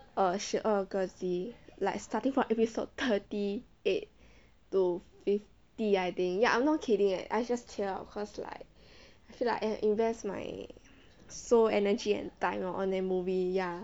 err 十二个集 like starting from episode thirty eight to fifty I think ya I'm not kidding eh I just chill out cause like I feel like I invest my sole energy and time on the movie ya